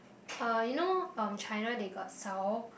uh you know uh China they got sell